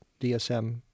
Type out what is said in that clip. DSM